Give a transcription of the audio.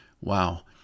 wow